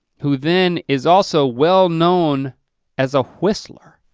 who then is also well-known as a whistler.